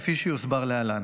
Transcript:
כפי שיוסבר להלן.